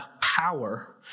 power